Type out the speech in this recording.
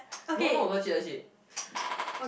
no no legit legit